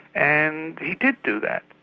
and he did do that.